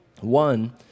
One